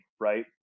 right